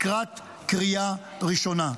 לקראת קריאה ראשונה.